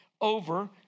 over